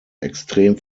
extrem